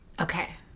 Okay